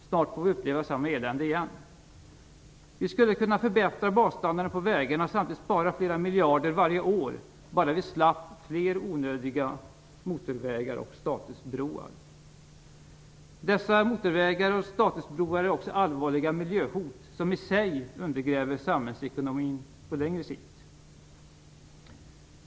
Snart får vi uppleva samma elände igen. Vi skulle kunna förbättra basstandarden på vägarna och samtidigt spara flera miljarder varje år bara vi slapp fler onödiga motorvägar och statusbroar. Dessa nya motorvägar och statusbroar är också allvarliga miljöhot som i sig undergräver samhällsekonomin på längre sikt.